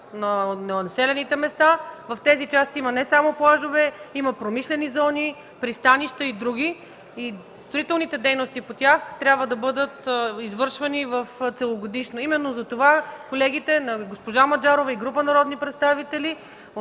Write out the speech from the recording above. на населените места. В тези части има не само плажове, има промишлени зони, пристанища и други, и строителните дейности по тях трябва да бъдат извършвани целогодишно. Именно затова колегите – госпожа Маджарова и група народни представители